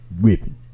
Ripping